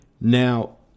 Now